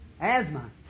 asthma